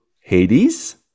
Hades